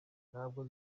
ntabwo